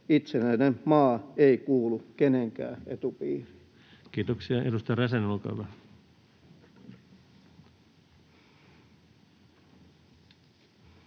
itsenäinen maa ei kuulu kenenkään etupiiriin. Kiitoksia. — Edustaja Räsänen, olkaa hyvä.